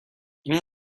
این